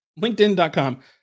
LinkedIn.com